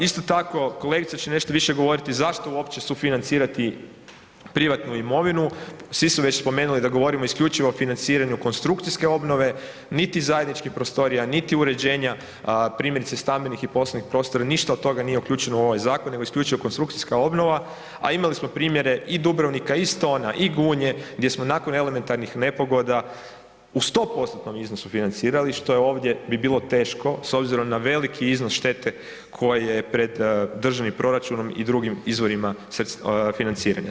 Isto tako, kolegice će nešto više govoriti zašto uopće sufinancirati privatnu imovinu, svi su već spomenuli da govorimo isključivo o financiranju konstrukcijske obnove, niti zajedničkih prostorija, niti uređenja, primjerice, stambenih i poslovnih prostora, ništa od toga nije uključeno u ovaj zakon nego isključivo konstrukcijska obnova, a imali smo primjere i Dubrovnika i Stona i Gunje, gdje smo nakon elementarnih nepogoda u 100%-tnom iznosu financirali, što je ovdje bi bilo teško s obzirom na veliki iznos štete koja je pred državnim proračunom i dr. izvorima financiranja.